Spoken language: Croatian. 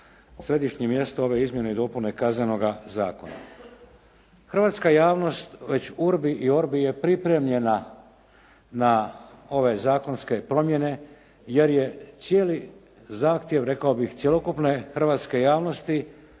središnje mjesto ove izmjene i dopune Kaznenoga zakona. Hrvatska javnost već «urbi i orbi» je pripremljena na ove zakonske promjene jer je cijeli zahtjev rekao bih cjelokupne hrvatske javnosti